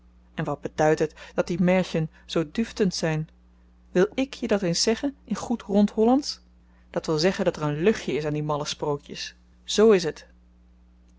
en wat beduidt het dat die märchen zoo düftend zyn wil ik je dat eens zeggen in goed rond hollandsch dat wil zeggen dat er een luchtjen is aan die malle sprookjes z is het